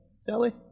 Sally